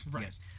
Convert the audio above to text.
Yes